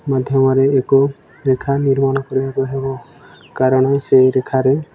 ମାଧ୍ୟମରେ ଏକ ରେଖା ନିର୍ମାଣ କରିବାକୁ ହେବ କାରଣ ସେହି ରେଖାରେ